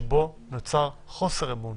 שבו נוצר חוסר אמון